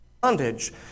bondage